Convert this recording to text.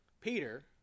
Peter